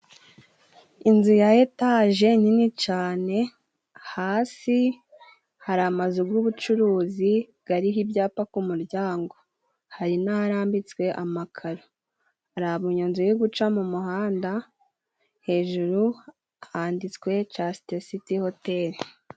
Inzu ya etage nini cane, hasi hari amazu g’ubucuruzi, gariho ibyapa ku muryango, hari n’aharambitswe amakaro, hari abanyonzi bari guca mu muhanda, hejuru handitswe Caste Siti Hoteli.